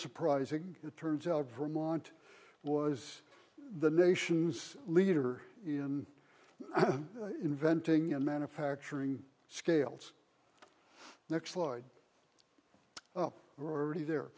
surprising it turns out vermont was the nation's leader in inventing and manufacturing scales next lloyd already there